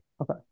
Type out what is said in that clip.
Okay